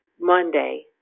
Monday